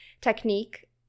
technique